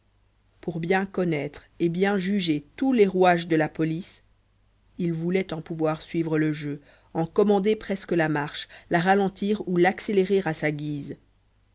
pour bien connaître et bien juger tous les rouages de la police il voulait en pouvoir suivre le jeu en commander presque la marche la ralentir ou l'accélérer à sa guise